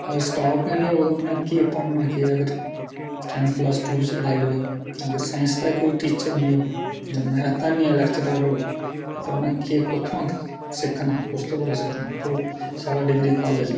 अगर स्टाफ गै नीं होग ते उनें केह् पढना अगर टैन प्लस टू सिर्फ लाई लेदा अगर साईंस दा गै कोई टीचर नीं होग जां मैथ दा गै लैक्चरार नीं होग ते उनें कुथुआं दा सिक्खना कुस दे शा सिक्खना साढ़ै डिगरी कॉलेज बी ऐ लेकिन